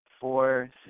four